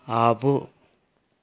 ఆవు